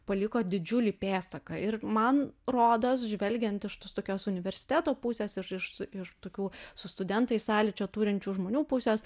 paliko didžiulį pėdsaką ir man rodos žvelgiant iš tos tokios universiteto pusės ir iš iš tokių su studentais sąlyčio turinčių žmonių pusės